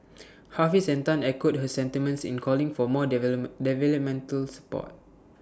Hafiz and Tan echoed her sentiments in calling for more developmental support